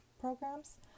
programs